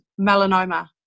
melanoma